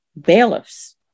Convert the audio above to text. bailiffs